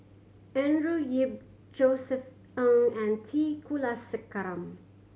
Andrew Yip Josef Ng and T Kulasekaram